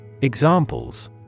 Examples